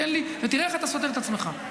תראה איך אתה סותר את עצמך.